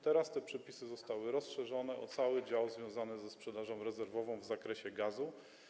Teraz te przepisy zostały rozszerzone o cały dział związany ze sprzedażą rezerwową w zakresie gazu.